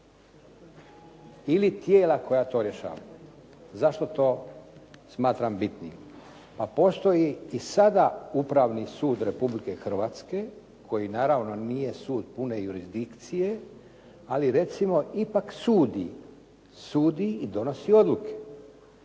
Ili tijela koja to rješavaju. Zašto to smatram bitnim? Pa postoji i sada upravni sud Republike Hrvatske koji naravno nije sud pune jurisdikcije, ali recimo ipak sudi i donosi odluke.